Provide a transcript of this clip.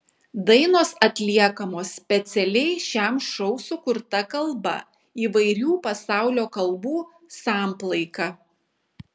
dainos atliekamos specialiai šiam šou sukurta kalba įvairių pasaulio kalbų samplaika